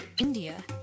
India